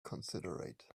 considerate